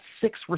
six